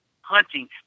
hunting